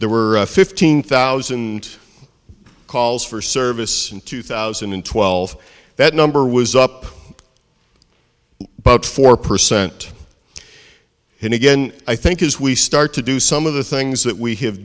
there were fifteen thousand calls for service in two thousand and twelve that number was up about four percent then again i think as we start to do some of the things that we have